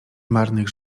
marnych